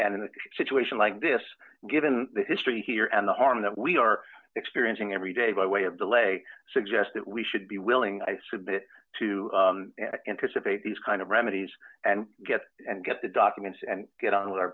and in a situation like this given the history here and the harm that we are experiencing every day by way of delay suggest that we should be willing i submit to anticipate these kind of remedies and get and get the documents and get on with our